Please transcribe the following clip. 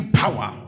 power